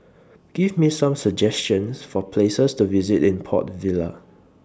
Give Me Some suggestions For Places to visit in Port Vila